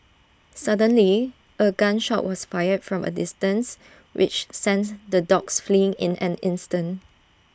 suddenly A gun shot was fired from A distance which sent the dogs fleeing in an instant